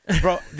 Bro